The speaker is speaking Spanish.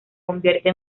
convierte